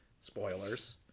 spoilers